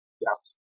Yes